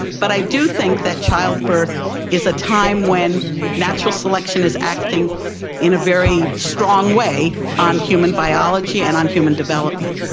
but i do think that childbirth is a time when natural selection is acting in a very strong way on human biology and on human development.